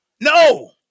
No